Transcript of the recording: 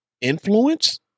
influence